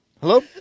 Hello